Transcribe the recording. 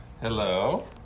Hello